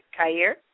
Kair